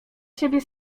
siebie